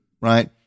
right